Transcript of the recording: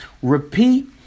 repeat